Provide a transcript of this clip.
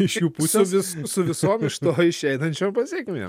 iš jų pusės su su visom iš to išeinančiom pasekmėm